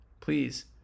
please